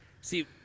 See